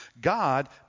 God